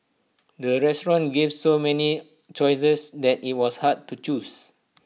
the restaurant gave so many choices that IT was hard to choose